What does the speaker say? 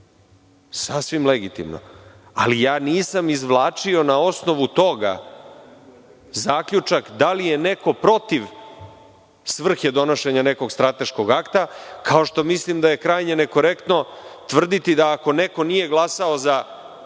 sasvim legitimno, ali ja nisam izvlačio na osnovu toga zaključak da li je neko protiv svrhe donošenja nekog strateškog akta, kao što mislim da je krajnje nekorektno tvrditi da ako neko nije glasao za